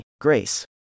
Grace